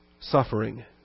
suffering